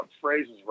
phrases